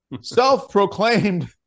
self-proclaimed